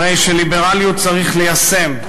הרי שליברליות צריך ליישם,